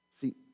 See